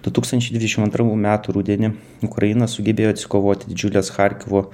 du tūkstančiai dvidešim antrų metų rudenį ukraina sugebėjo atsikovoti didžiules charkivo